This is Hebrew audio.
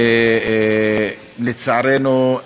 ולצערנו,